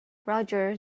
roger